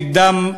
בדם,